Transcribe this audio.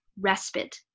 respite